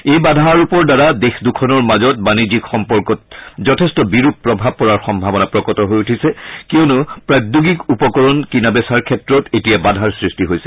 এই বাধা আৰোপৰ দ্বাৰা দেশ দুখনৰ মাজত বাণিজ্যক সম্পৰ্কত যেথষ্ট বিৰূপ প্ৰভাৱ পৰাৰ সম্ভাৱনা প্ৰকট হৈ উঠিছে কিয়নো প্ৰাদ্যোগিক উপকৰণ কিনা বেচাৰ ক্ষেত্ৰত এতিয়া বাধাৰ সৃষ্টি হৈছে